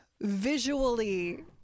visually